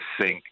sink